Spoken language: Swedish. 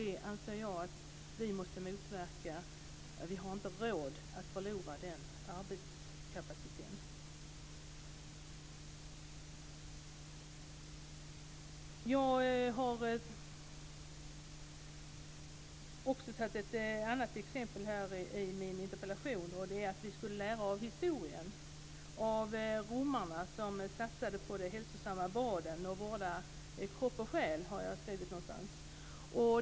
Det anser jag att vi måste motverka. Vi har inte råd att förlora den arbetskapaciteten. Jag har tagit upp ett annat exempel i min interpellation där vi kan lära av historien, av romarna. De satsade på hälsosamma bad och på vård av kropp och själ, har jag skrivit någonstans.